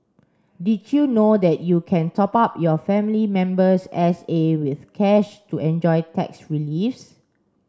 did you know that you can top up your family member's S A with cash to enjoy tax reliefs